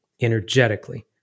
energetically